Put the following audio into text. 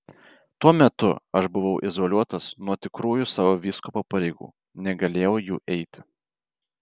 tuo metu aš buvau izoliuotas nuo tikrųjų savo vyskupo pareigų negalėjau jų eiti